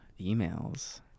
Emails